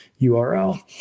URL